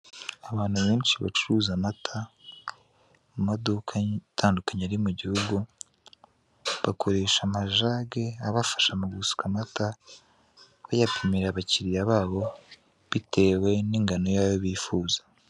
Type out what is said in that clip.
Abantu benshi bacuruza amata mu maduka i atandukanye ari mu gihugu, bakoresha amajage abafasha mu gusuka amata bayapimira abakiliya babo bitewe n'ingano yayo bifuza.